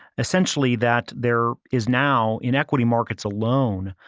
essentially that there is now, in equity markets alone,